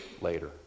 later